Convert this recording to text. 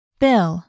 bill